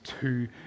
two